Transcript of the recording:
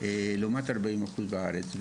לעומת 40% בארץ.